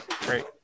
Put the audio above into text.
Great